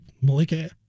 Malika